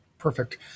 Perfect